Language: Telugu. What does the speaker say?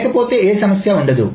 లేకపోతే ఏ సమస్య ఉండదు